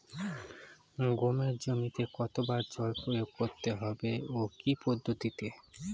গমের জমিতে কতো বার জল প্রয়োগ করতে হবে ও কি পদ্ধতিতে?